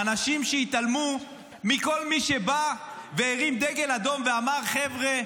האנשים שהתעלמו מכל מי שבא והרים דגל אדום ואמר: חבר'ה,